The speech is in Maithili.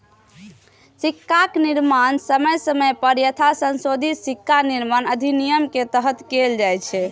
सिक्काक निर्माण समय समय पर यथासंशोधित सिक्का निर्माण अधिनियम के तहत कैल जाइ छै